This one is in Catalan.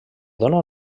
dóna